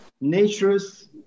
Nature's